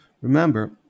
Remember